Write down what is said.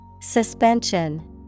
Suspension